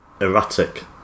erratic